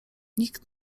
nikt